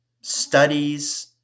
studies